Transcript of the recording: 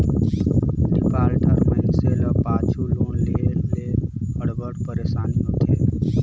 defaulter मइनसे ल पाछू लोन लेहे ले अब्बड़ पइरसानी होथे